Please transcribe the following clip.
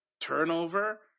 turnover